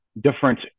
different